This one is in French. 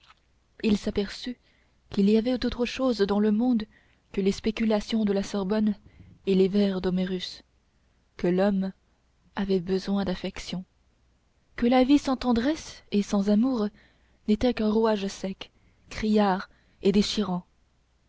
il s'aperçut qu'il y avait autre chose dans le monde que les spéculations de la sorbonne et les vers d'homerus que l'homme avait besoin d'affections que la vie sans tendresse et sans amour n'était qu'un rouage sec criard et déchirant